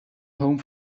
home